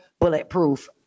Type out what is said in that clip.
bulletproof